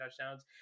touchdowns